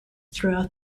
throughout